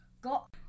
got